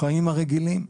בחיים הרגילים,